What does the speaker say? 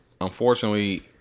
unfortunately